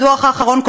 בדוח האחרון,